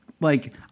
like-